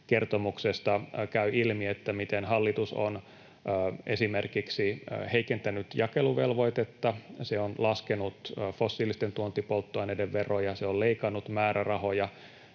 kertomuksesta käy ilmi, miten hallitus on esimerkiksi heikentänyt jakeluvelvoitetta. Se on laskenut fossiilisten tuontipolttoaineiden veroja. Se on leikannut määrärahoja,